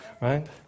Right